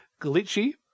glitchy